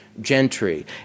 gentry